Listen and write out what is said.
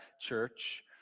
church